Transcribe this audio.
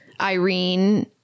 Irene